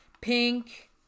Pink